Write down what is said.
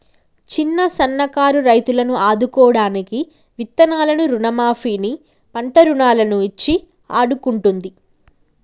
చిన్న సన్న కారు రైతులను ఆదుకోడానికి విత్తనాలను రుణ మాఫీ ని, పంట రుణాలను ఇచ్చి ఆడుకుంటుంది